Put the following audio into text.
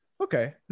okay